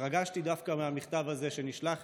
התרגשתי דווקא מהמכתב הזה, שנשלח